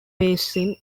basin